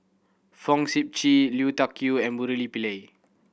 Fong Sip Chee Lui Tuck Yew and Murali Pillai